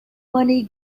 money